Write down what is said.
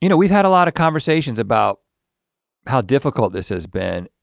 you know we've had a lot of conversations about how difficult this has been.